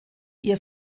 ihr